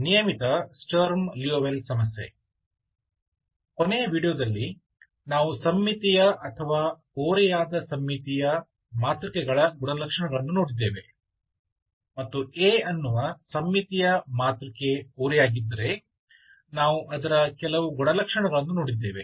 ನಿಯಮಿತ Sturm Liouville ಸಮಸ್ಯೆ ಕೊನೆಯ ವೀಡಿಯೋದಲ್ಲಿ ನಾವು ಸಮ್ಮಿತೀಯ ಅಥವಾ ಓರೆಯಾದ ಸಮ್ಮಿತೀಯ ಮಾತೃಕೆಗಳ ಗುಣಲಕ್ಷಣಗಳನ್ನು ನೋಡಿದ್ದೇವೆ ಮತ್ತು A ಅನ್ನುವ ಸಮ್ಮಿತೀಯ ಮಾತೃಕೆ ಓರೆಯಾಗಿದ್ದರೆ ನಾವು ಅದರ ಕೆಲವು ಗುಣಲಕ್ಷಣಗಳನ್ನು ನೋಡಿದ್ದೇವೆ